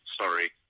Sorry